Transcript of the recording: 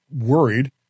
worried